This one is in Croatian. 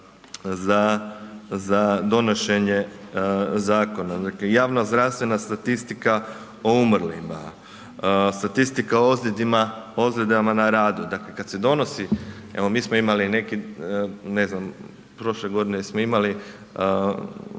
za donošenje zakona. Javnozdravstvena statistika o umrlima, statistika o ozljedama na radu, dakle kad se donosi, evo mi smo imali neki, ne znam prošle godine smo imali